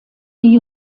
die